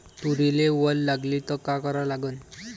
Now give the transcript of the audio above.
तुरीले वल लागली त का करा लागन?